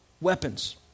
weapons